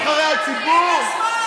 נבחרי הציבור,